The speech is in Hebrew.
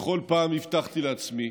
וכל פעם הבטחתי לעצמי